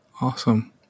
Awesome